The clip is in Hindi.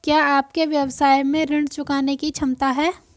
क्या आपके व्यवसाय में ऋण चुकाने की क्षमता है?